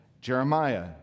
Jeremiah